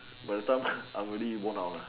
by the time I'm already worn out lah